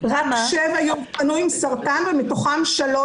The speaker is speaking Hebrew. רק שבע יאובחנו עם סרטן ומתוכן שלוש